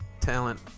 talent